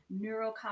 neurocognitive